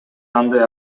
андай